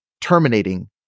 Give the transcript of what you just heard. terminating